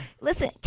Listen